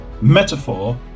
metaphor